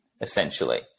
essentially